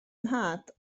nhad